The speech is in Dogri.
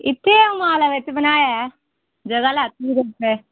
इत्थै उमालै बिच बनाया ऐ जगह् लैती ही ते